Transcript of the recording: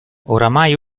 oramai